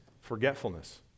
forgetfulness